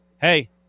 hey